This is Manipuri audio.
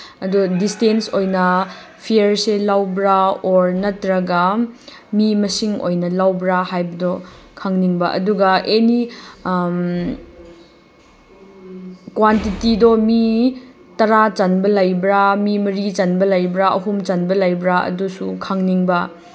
ꯑꯗꯨꯒ ꯗꯤꯁꯇꯦꯟꯁ ꯑꯣꯏꯅ ꯐꯤꯌꯔꯁꯦ ꯂꯧꯕ꯭ꯔꯥ ꯑꯣꯔ ꯅꯠꯇ꯭ꯔꯒ ꯃꯤ ꯃꯁꯤꯡ ꯑꯣꯏꯅ ꯂꯧꯕ꯭ꯔꯥ ꯍꯥꯏꯕꯗꯨ ꯈꯪꯅꯤꯡꯕ ꯑꯗꯨꯒ ꯑꯦꯅꯤ ꯀ꯭ꯋꯥꯟꯇꯤꯇꯤꯗꯨ ꯃꯤ ꯇꯔꯥ ꯆꯟꯕ ꯂꯩꯕ꯭ꯔꯥ ꯃꯤ ꯃꯔꯤ ꯆꯟꯕ ꯂꯩꯕ꯭ꯔꯥ ꯑꯍꯨꯝ ꯆꯟꯕ ꯂꯩꯕ꯭ꯔꯥ ꯑꯗꯨꯁꯨ ꯈꯪꯅꯤꯡꯕ